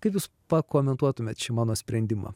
kaip jūs pakomentuotumėt šį mano sprendimą